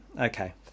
okay